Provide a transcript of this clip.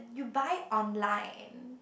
you buy online